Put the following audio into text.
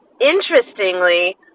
interestingly